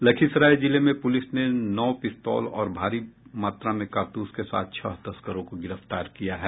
लखीसराय जिले में पुलिस ने नौ पिस्तोल और भारी मात्रा में कारतूस के साथ छह तस्करों को गिरफ्तार किया है